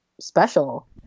special